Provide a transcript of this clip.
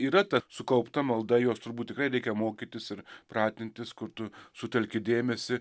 yra ta sukaupta malda jos turbūt tikrai reikia mokytis ir pratintis kur tu sutelki dėmesį